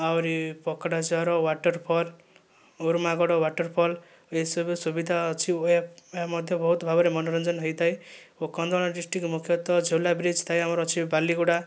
ଆହୁରି ପକଡ଼ା ଝର ୱାଟର୍ ଫଲ୍ ଓର୍ମାଗଡ଼ ୱାଟର୍ ଫଲ୍ ଏସବୁ ସୁବିଧା ଅଛି ଓ ଏହା ଏହା ମଧ୍ୟ ବହୁତ ମନୋରଞ୍ଜନ ହୋଇଥାଏ ଓ କନ୍ଧମାଳ ଡିଷ୍ଟ୍ରିକ୍ଟ ମୁଖ୍ୟତଃ ଝୋଲା ବ୍ରିଜ୍ ଥାଏ ଆମର ବାଲିଗୁଡ଼ା